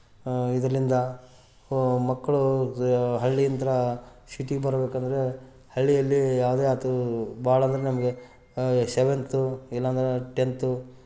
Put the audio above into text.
ಇದರಿಂದ ಮಕ್ಕಳು ಹಳ್ಳಿಯಿಂದ ಸಿಟಿಗೆ ಬರಬೇಕಂದ್ರೆ ಹಳ್ಳಿಯಲ್ಲಿ ಯಾವುದೇ ಆತ್ರು ಭಾಳಂದ್ರೆ ನಮಗೆ ಸೆವೆಂತು ಇಲ್ಲಾಂದ್ರೆ ಟೆಂತು